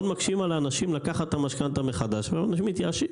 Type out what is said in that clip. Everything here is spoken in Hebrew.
מאוד מקשים על האנשים לקחת את המשכנתה מחדש ואנשים מתייאשים.